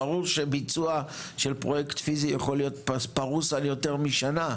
ברור שביצוע של פרויקט פיזי יכול להיות פרוס על יותר משנה.